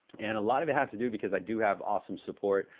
and a lot of it has to do, because i do have awesome support,